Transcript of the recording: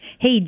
Hey